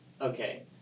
okay